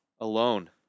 alone